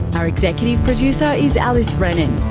our executive producer is alice brennan.